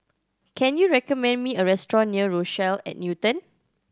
can you recommend me a restaurant near Rochelle at Newton